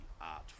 art